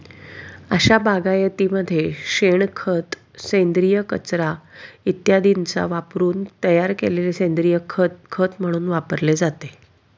अशा बागायतीमध्ये शेणखत, सेंद्रिय कचरा इत्यादींचा वापरून तयार केलेले सेंद्रिय खत खत म्हणून वापरले जाते